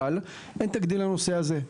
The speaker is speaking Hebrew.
אבל, אין תקדים לנושא הזה.